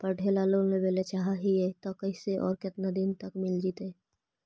पढ़े ल लोन लेबे ल चाह ही त कैसे औ केतना तक मिल जितै?